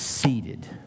Seated